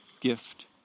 gift